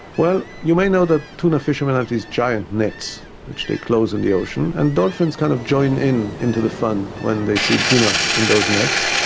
well, you may know that tuna fishermen have these giant nets which they close in the ocean, and dolphins kind of join in the fun when they see tuna in those nets,